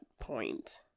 point